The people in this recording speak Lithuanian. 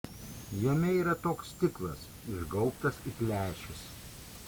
jame yra toks stiklas išgaubtas it lęšis